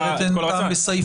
אחרת אין טעם בתקנת משנה (ב).